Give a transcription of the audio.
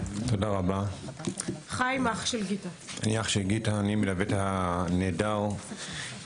אני אח של גיטה, אני מלווה את הנעדר מההתחלה.